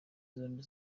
zombi